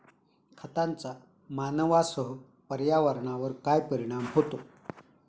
खतांचा मानवांसह पर्यावरणावर काय परिणाम होतो?